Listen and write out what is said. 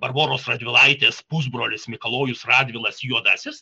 barboros radvilaitės pusbrolis mikalojus radvilas juodasis